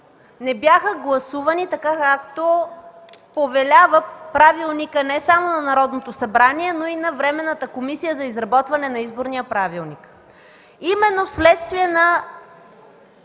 не бяха гласувани така, както повелява правилника не само на Народното събрание, но и на Временната комисия за изработване на Изборния правилник. Именно вследствие на